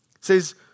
Says